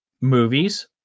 movies